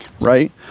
right